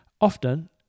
often